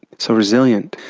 so resilient.